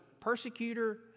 persecutor